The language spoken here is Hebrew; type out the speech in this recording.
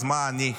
אז מה אני?